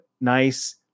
nice